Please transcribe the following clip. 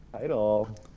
Title